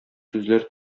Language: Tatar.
сүзләр